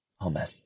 Amen